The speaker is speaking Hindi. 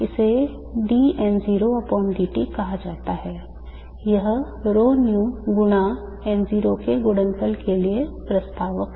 इसे d N0dt कहा जाता है यह ρv गुणा N0 के गुणनफल के लिए प्रस्तावक है